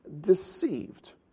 deceived